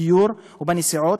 בדיור ובנסיעות,